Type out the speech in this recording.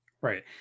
Right